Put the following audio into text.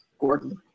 Gordon